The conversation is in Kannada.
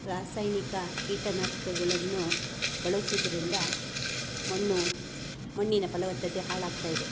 ರಾಸಾಯನಿಕ ಕೀಟನಾಶಕಗಳನ್ನು ಬಳಸೋದ್ರಿಂದ ಮಣ್ಣು ಮಣ್ಣಿನ ಫಲವತ್ತತೆ ಹಾಳಾಗ್ತಾಯಿದೆ